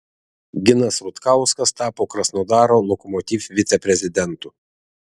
ginas rutkauskas tapo krasnodaro lokomotiv viceprezidentu